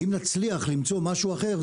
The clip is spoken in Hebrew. ואם נצליח למצוא משהו אחר,